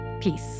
Peace